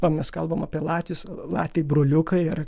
o mes kalbam apie latvius latviai broliukai ar